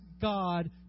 God